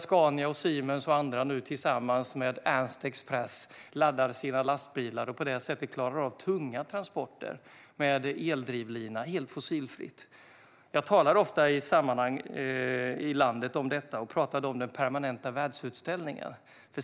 Scania, Siemens och andra laddar nu tillsammans med Ernsts Express där sina lastbilar och klarar på det sättet av tunga transporter med eldrivlina helt fossilfritt. Jag talar ofta om detta när jag är ute i landet och talar då om den permanenta världsutställningen.